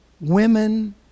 women